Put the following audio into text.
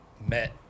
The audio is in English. met